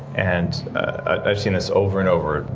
and i've seen this over and over,